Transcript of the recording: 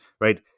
right